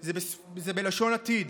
זה בלשון עתיד.